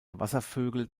wasservögel